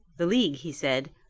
the league he said,